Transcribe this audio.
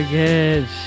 good